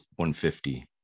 150